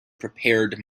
prepared